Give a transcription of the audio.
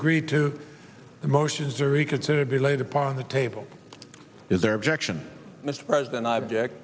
agreed to the motions to reconsider be laid upon the table is there objection mr president object